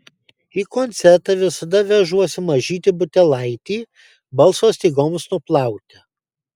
į koncertą visada vežuosi mažytį butelaitį balso stygoms nuplauti